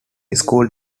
school